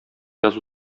язу